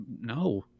no